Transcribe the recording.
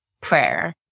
prayer